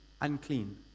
unclean